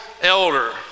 Elder